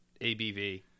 ABV